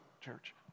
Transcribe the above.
church